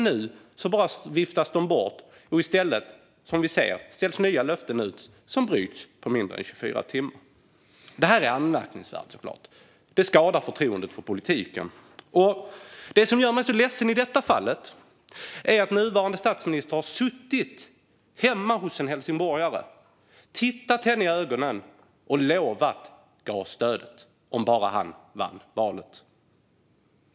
Nu viftas de bara bort. Och i stället ser vi att nya löften ställs ut och bryts på mindre än 24 timmar. Det är såklart anmärkningsvärt. Det skadar förtroendet för politiken. Det som gör mig ledsen i detta fall är att nuvarande statsministern har suttit hemma hos en helsingborgare, tittat henne i ögonen och lovat gasstödet, bara han vann valet.